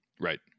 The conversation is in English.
Right